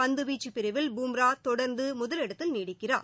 பந்து வீச்சு பிரிவில் பும்ரா தொடர்ந்து முதலிடத்தில் நீடிக்கிறார்